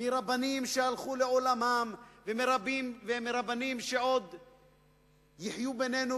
מרבנים שהלכו לעולמם ומרבנים שיחיו בינינו,